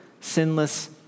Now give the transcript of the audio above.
sinless